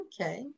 okay